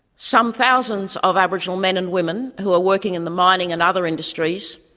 some thousands of aboriginal men and women who are working in the mining and other industries